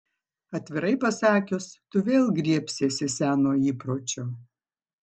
atvirai pasakius tu vėl griebsiesi seno įpročio